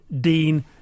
Dean